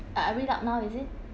I read out now is it